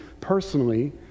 personally